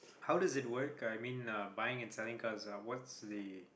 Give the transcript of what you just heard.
how is it work I mean uh buying and selling cars uh what's the